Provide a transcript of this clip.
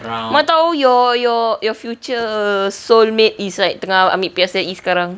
mana tahu your your your future soulmate is like tengah ambil P_S_L_E sekarang